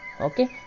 Okay